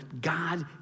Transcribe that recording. God